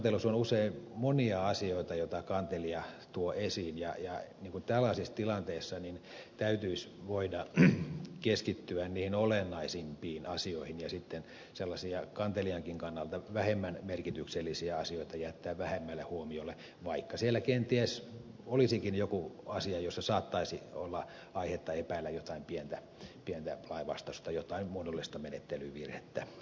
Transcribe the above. kantelussa on usein monia asioita joita kantelija tuo esiin ja tällaisissa tilanteissa täytyisi voida keskittyä niihin olennaisimpiin asioihin ja sitten sellaisia kantelijankin kannalta vähemmän merkityksellisiä asioita jättää vähemmälle huomiolle vaikka siellä kenties olisikin jokin asia jossa saattaisi olla aihetta epäillä jotain pientä lainvastaisuutta jotain muodollista menettelyvirhettä esimerkiksi